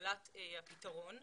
והובלת הפתרון,